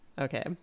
Okay